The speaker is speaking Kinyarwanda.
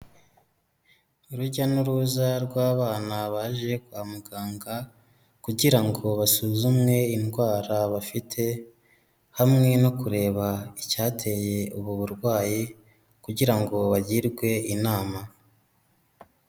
Urujya n'uruza rw'abana baje kwa muganga kugira ngo basuzumwe indwara bafite, hamwe no kureba icyateye ubu burwayi kugira ngo bagirwe inama.